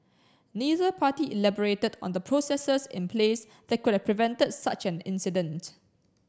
neither party elaborated on the processes in place that could have prevented such an incident